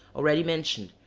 already mentioned,